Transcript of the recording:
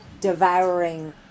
devouring